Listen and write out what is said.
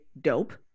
dope